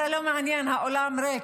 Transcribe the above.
זה לא מעניין, האולם ריק,